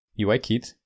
UIKit